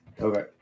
Okay